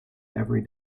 every